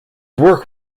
work